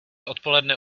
odpoledne